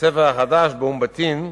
בית-הספר החדש באום-בטין,